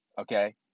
okay